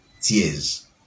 tears